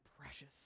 precious